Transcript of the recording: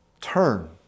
turn